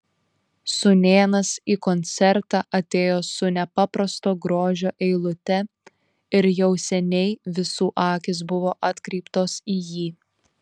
sūnėnas į koncertą atėjo su nepaprasto grožio eilute ir jau seniai visų akys buvo atkreiptos į jį